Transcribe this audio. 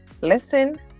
Listen